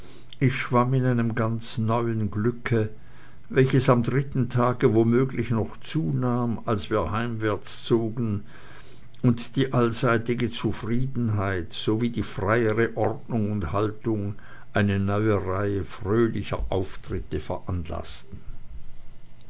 ich schwamm in einem ganz neuen glücke welches am dritten tage womöglich noch zunahm als wir heimwärts zogen und die allseitige zufriedenheit sowie die freiere ordnung und haltung eine neue reihe fröhlicher auftritte veranlaßten